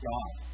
God